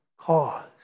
cause